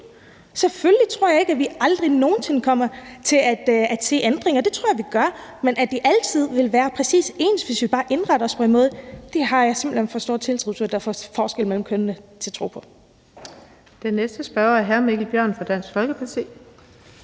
Selvfølgelig tror jeg ikke, at vi aldrig nogen sinde kommer til at se ændringer, for det tror jeg vi gør, men at vi altid vil være præcis ens, hvis vi bare indretter os på en bestemt måde, har jeg for stor tiltro til, at der er forskel mellem kønnene, til at tro på. Kl. 14:39 Den fg. formand (Birgitte Vind): Den næste spørger er hr. Mikkel Bjørn fra Dansk Folkeparti.